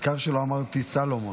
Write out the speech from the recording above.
העיקר שלא אמרתי "סלומון".